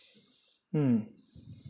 mm